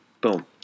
boom